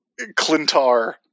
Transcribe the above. Clintar